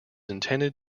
intended